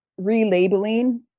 relabeling